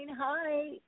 Hi